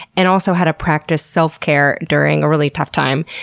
and also how to practice self care during a really tough time.